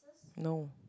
no